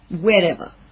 wherever